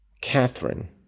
Catherine